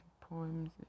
Poems